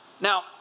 Now